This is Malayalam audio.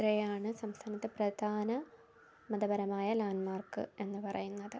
ഇത്രയുമാണ് സംസ്ഥാനത്ത് പ്രധാന മതപരമായ ലാൻഡ്മാർക് എന്ന് പറയുന്നത്